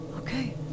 Okay